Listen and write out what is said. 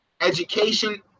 education